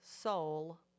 soul